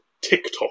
TikTok